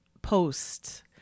Post